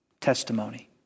testimony